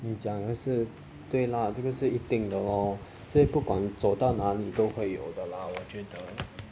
你讲的是对啦这个事一定的 lor 所以不管走到哪里都会有的啦我觉得